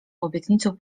obietnicą